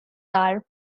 are